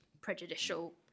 prejudicial